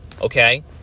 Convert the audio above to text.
okay